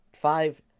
five